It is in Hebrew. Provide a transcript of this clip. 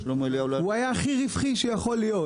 אבל הוא היה הכי רווחי שיכול להיות.